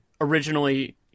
originally